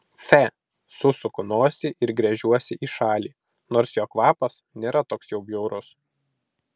fe susuku nosį ir gręžiuosi į šalį nors jo kvapas nėra toks jau bjaurus